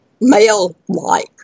male-like